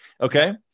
Okay